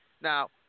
Now